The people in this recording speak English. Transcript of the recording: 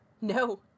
No